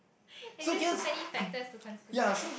it just too many factors to consider